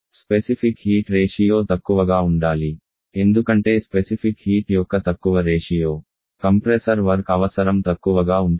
specific heat నిష్పత్తి తక్కువగా ఉండాలి ఎందుకంటే స్పెసిఫిక్ హీట్ యొక్క తక్కువ రేషియో కంప్రెసర్ వర్క్ అవసరం తక్కువగా ఉంటుంది